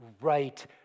right